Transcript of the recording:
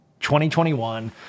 2021